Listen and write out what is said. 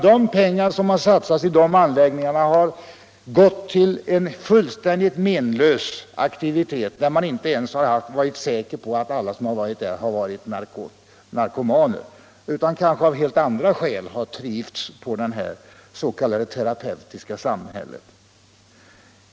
De pengar som satsats i sådana anläggningar har gått till en fullständigt menlös aktivitet där man inte ens varit säker på att alla som deltagit varit narkomaner. De har kanske av helt andra skäl ”trivts” i det s.k. terapeutiska samhället.